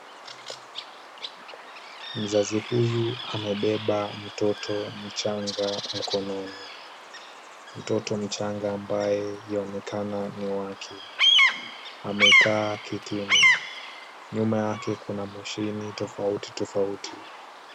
Mzazi huyu anabeba mtoto mchanga mkononi. Mtoto mchanga ambaye yaonekana ni wake. Amekaa kitini. Nyuma yake kuna mashini tofauti tofauti.